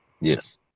Yes